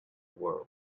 world